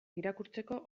irakurtzeko